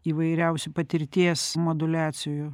įvairiausių patirties moduliacijų